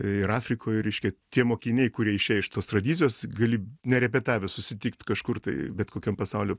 ir afrikoj reiškia tie mokiniai kurie išėjo iš tos tradicijos gali nerepetavę susitikt kažkur tai bet kokiam pasaulio